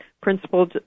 principal